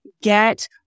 Get